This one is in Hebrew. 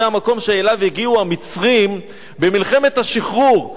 זה המקום שאליו הגיעו המצרים במלחמת השחרור,